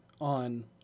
on